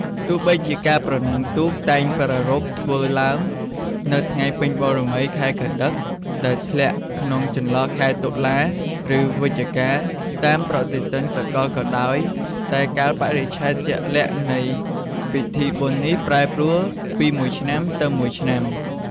ទោះបីជាការប្រណាំងទូកតែងប្រារព្ធធ្វើឡើងនៅថ្ងៃពេញបូណ៌មីខែកត្តិក ដែលធ្លាក់ក្នុងចន្លោះខែតុលា ឬវិច្ឆិកាតាមប្រតិទិនសកលក៏ដោយ តែកាលបរិច្ឆេទជាក់លាក់នៃពិធីបុណ្យនេះប្រែប្រួលពីមួយឆ្នាំទៅមួយឆ្នាំ។